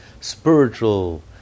spiritual